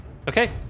Okay